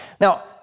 Now